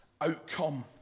outcome